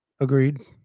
agreed